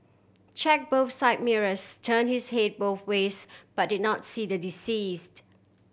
check both side mirrors turn his head both ways but did not see the deceased